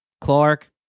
Clark